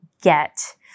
get